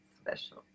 special